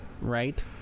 right